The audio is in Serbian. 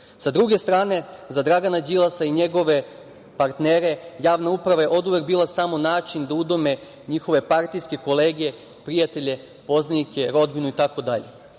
druge strane, za Dragana Đilasa i njegove partnere javna uprava je oduvek bila samo način da udome njihove partijske kolege, prijatelje, poznanike, rodbinu itd. Da